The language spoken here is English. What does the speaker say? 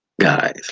guys